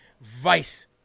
vice